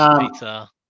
pizza